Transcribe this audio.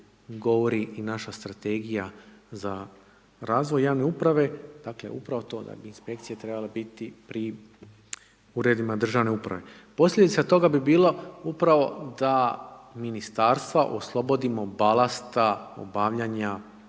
govori i naša strategija za razvoj javne uprave, dakle, upravo to da bi Inspekcije trebale biti pri Uredima državne uprave. Posljedica toga bi bilo upravo da Ministarstva oslobodimo balasta obavljanja